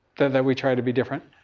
that that we try to be differen.